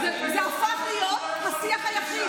קריאה: אני מחזיקה את הבית שלי, את המשפחה שלי,